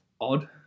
odd